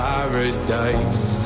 Paradise